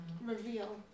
reveal